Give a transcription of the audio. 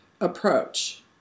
approach